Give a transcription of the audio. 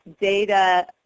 data